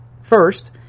First